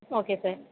okay sir